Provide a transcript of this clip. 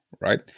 right